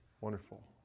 Wonderful